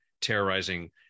terrorizing